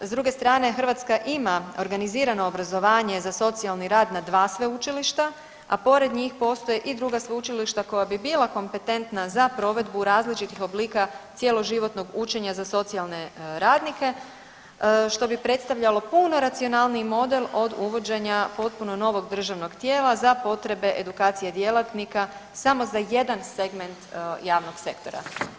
S druge strane, Hrvatska ima organizirano obrazovanje za socijalni rad na dva sveučilišta, a pored njih postoje i druga sveučilišta koja bi bila kompetentna za provedbu različitih oblika cjeloživotnog učenja za socijalne radnike, što bi predstavljalo puno racionalniji model od uvođenja potpuno novog državnog tijela za potrebe edukacije djelatnika, samo za jedan segment javnog sektora.